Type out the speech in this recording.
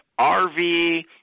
rv